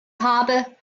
habe